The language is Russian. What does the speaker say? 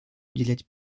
уделять